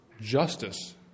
justice